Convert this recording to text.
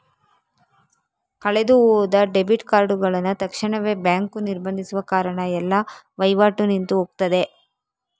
ಕಳೆದು ಹೋದ ಡೆಬಿಟ್ ಕಾರ್ಡುಗಳನ್ನ ತಕ್ಷಣವೇ ಬ್ಯಾಂಕು ನಿರ್ಬಂಧಿಸುವ ಕಾರಣ ಎಲ್ಲ ವೈವಾಟು ನಿಂತು ಹೋಗ್ತದೆ